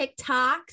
TikToks